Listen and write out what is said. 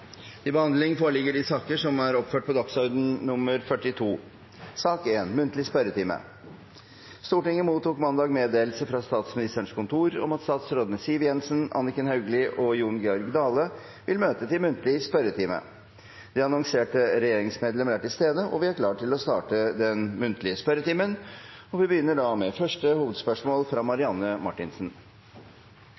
til muntlig spørretime. De annonserte regjeringsmedlemmer er til stede, og vi er klare til å starte den muntlige spørretimen. Vi starter med første hovedspørsmål, fra